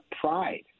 pride